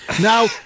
Now